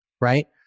right